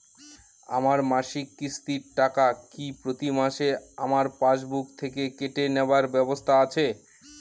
আমার মাসিক কিস্তির টাকা কি প্রতিমাসে আমার পাসবুক থেকে কেটে নেবার ব্যবস্থা আছে?